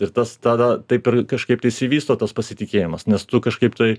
ir tas tada taip ir kažkaip tai išsivysto tas pasitikėjimas nes tu kažkaip tai